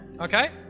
Okay